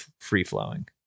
free-flowing